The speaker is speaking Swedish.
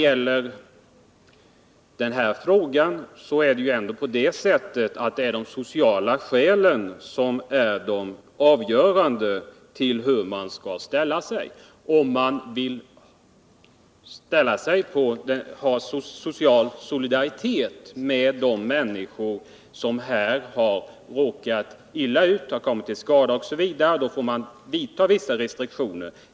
I den här frågan är det de sociala skälen som är avgörande för hur man skall ställa sig. Om man vill ha social solidaritet med de människor som har råkat illa ut och kommit till skada får man göra restriktioner.